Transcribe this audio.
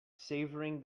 savouring